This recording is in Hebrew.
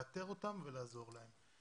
לאתר אותם ולעזור להם.